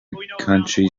county